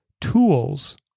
tools